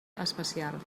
especial